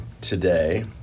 today